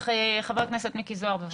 חבר הכנסת מיקי זוהר, בבקשה.